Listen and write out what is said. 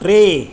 टे